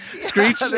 Screech